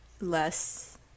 less